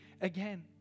again